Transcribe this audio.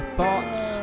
thoughts